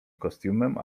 kostiumem